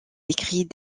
écrit